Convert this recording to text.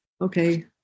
okay